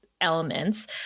Elements